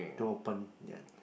to open yet